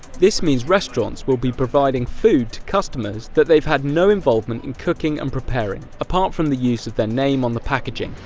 this means restaurants will be providing food to customers that they've had no involvement in cooking and preparing, apart from the use of their name on the packaging.